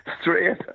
Straight